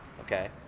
okay